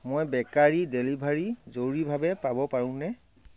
মই bakery delivery জৰুৰীভাৱে পাব পাৰোঁনে